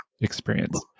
experience